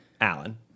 Alan